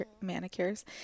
manicures